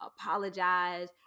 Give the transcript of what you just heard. apologize